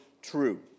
True